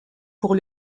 pour